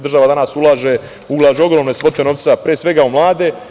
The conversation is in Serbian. Država danas ulaže ogromne svote novca pre svega u mlade.